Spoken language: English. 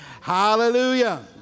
Hallelujah